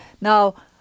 Now